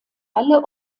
alle